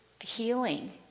healing